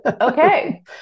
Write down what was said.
okay